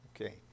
Okay